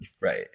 right